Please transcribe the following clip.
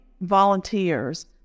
volunteers